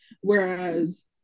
whereas